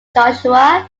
joshua